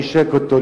נישק אותו,